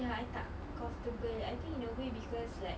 ya I tak comfortable I think in a way because like